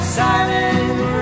silent